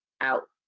out